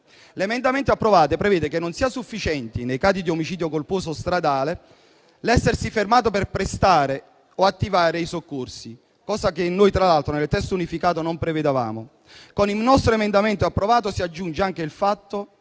L'emendamento approvato prevede che non sia sufficiente, nei casi di omicidio colposo stradale, l'essersi fermato per prestare o attivare i soccorsi, cosa che noi tra l'altro nel testo unificato non prevedevamo. Con il nostro emendamento, che è stato approvato, si aggiunge anche il fatto